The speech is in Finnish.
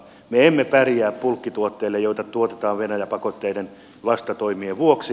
me emme pärjää bulkkituotteille joita tuotetaan venäjä pakotteiden vastatoimien vuoksi